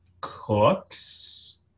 cooks